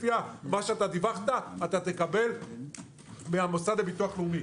לפי מה שדיווחת תקבל מהמוסד לביטוח לאומי.